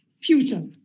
Future